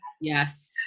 Yes